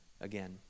again